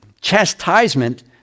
chastisement